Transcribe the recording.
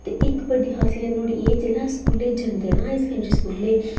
ते इक बड्डी खासियत नुहाड़ी एह् जेल्लै अस स्कूलै जंदे न हाई सकैंडरी स्कूलै